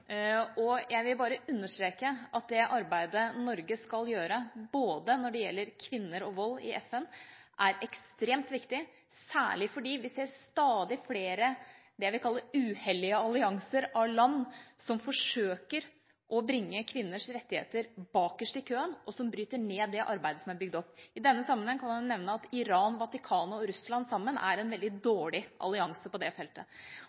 Jeg vil bare understreke at det arbeidet Norge skal gjøre i FN, både når det gjelder kvinner og vold, er ekstremt viktig, særlig fordi vi ser stadig flere av det jeg vil kalle uhellige allianser av land som forsøker å bringe kvinners rettigheter bakerst i køen, og som bryter ned det arbeidet som er bygd opp. I denne sammenheng kan jeg nevne at Iran, Vatikanet og Russland sammen er en veldig dårlig allianse på det feltet.